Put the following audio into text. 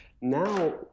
now